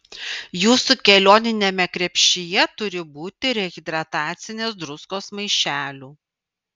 jūsų kelioniniame krepšyje turi būti rehidratacinės druskos maišelių